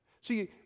See